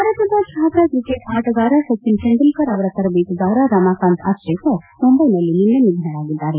ಭಾರತದ ಖ್ಯಾತ ಕ್ರಿಕೆಟ್ ಆಟಗಾರ ಸೆಚಿನ್ ತೆಂಡೂಲ್ಕರ್ ಅವರ ತರಬೇತುದಾರ ರಮಾಕಾಂತ್ ಅಚ್ರೇಕರ್ ಮುಂಬೈನಲ್ಲಿ ನಿನ್ನೆ ನಿಧನರಾಗಿದ್ದಾರೆ